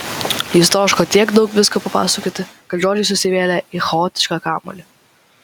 jis troško tiek daug visko papasakoti kad žodžiai susivėlė į chaotišką kamuolį